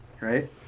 Right